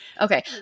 Okay